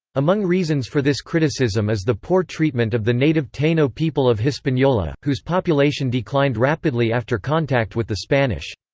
among reasons for this criticism is the poor treatment of the native taino people of hispaniola, whose population declined rapidly after contact with the spanish.